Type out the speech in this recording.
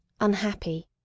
unhappy